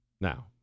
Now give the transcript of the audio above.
Now